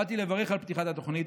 באתי לברך על פתיחת התוכנית,